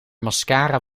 mascara